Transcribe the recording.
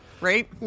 Right